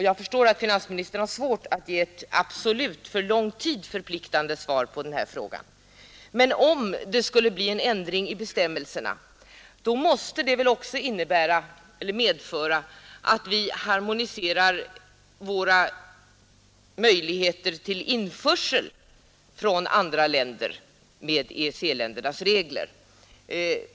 Jag förstår att finansministern har svårt att ge ett absolut, för lång tid förpliktande, svar på den här frågan, men om det skulle bli en ändring av bestämmelserna måste det väl också medföra att vi harmoniserar våra möjligheter till införsel från andra länder med EEC-ländernas regler?